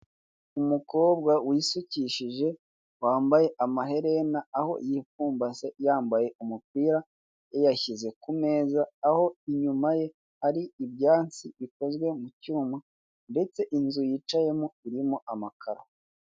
Umukobwa wisukishije wambaye amaherena, aho yipfumbase yambaye umupira, yayashyize ku meza, aho inyuma ye hari ibyansi bikozwe mu cyuma, ndetse inzu yicayemo irimo amakaro.